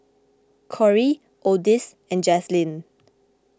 Corie Odis and Jaslene